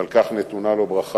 ועל כך נתונה לו ברכה.